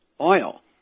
oil